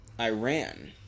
Iran